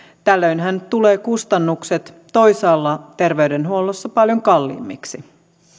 tällöinhän tulevat kustannukset toisaalla terveydenhuollossa paljon kalliimmiksi